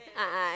a'ah